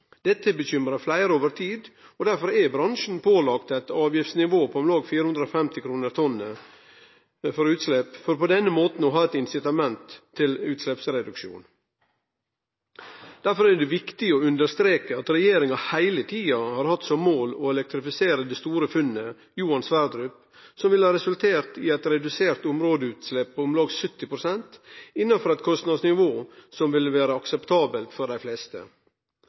Dette har bekymra fleire over tid, og derfor er bransjen pålagd eit avgiftsnivå på om lag 450 kr per tonn utslepp, for på denne måten å ha eit incitament til utsleppsreduksjon. Derfor er det viktig å understreke at regjeringa heile tida har hatt som mål å elektrifisere det store funnet, Johan Sverdrup, som ville ha resultert i reduserte områdeutslepp på om lag 70 pst. innanfor eit kostnadsnivå som ville vere akseptabelt for dei fleste.